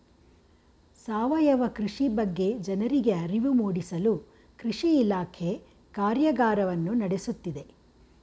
ಸಾವಯವ ಕೃಷಿ ಬಗ್ಗೆ ಜನರಿಗೆ ಅರಿವು ಮೂಡಿಸಲು ಕೃಷಿ ಇಲಾಖೆ ಕಾರ್ಯಗಾರವನ್ನು ನಡೆಸುತ್ತಿದೆ